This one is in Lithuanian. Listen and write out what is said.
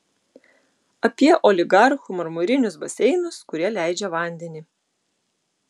apie oligarchų marmurinius baseinus kurie leidžia vandenį